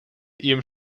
ihrem